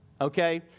Okay